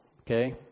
okay